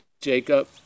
Jacob